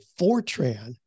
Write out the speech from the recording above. Fortran